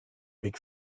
big